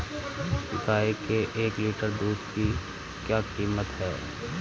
गाय के एक लीटर दूध की क्या कीमत है?